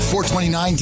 .429